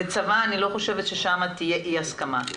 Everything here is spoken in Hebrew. אני לא חושבת שבצבא תהיה אי הסכמה.